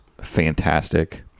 fantastic